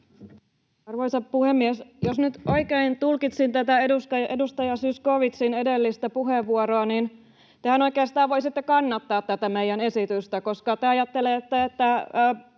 Arvoisa puhemies! Jos nyt oikein tulkitsin tätä edustaja Zyskowiczin edellistä puheenvuoroa, niin tehän oikeastaan voisitte kannattaa tätä meidän esitystä, koska te ajattelette, että